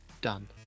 Done